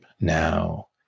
Now